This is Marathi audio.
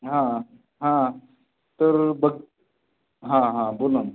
हां हां तर बक् हां हां बोला ना